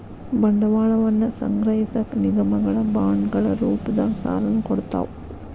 ಬಂಡವಾಳವನ್ನ ಸಂಗ್ರಹಿಸಕ ನಿಗಮಗಳ ಬಾಂಡ್ಗಳ ರೂಪದಾಗ ಸಾಲನ ಕೊಡ್ತಾವ